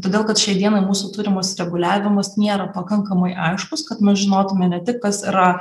todėl kad šiai dienai mūsų turimas reguliavimas nėra pakankamai aiškus kad mes žinotume ne tik kas yra